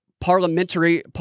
parliamentary